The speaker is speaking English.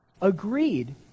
agreed